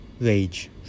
Rage